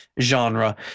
genre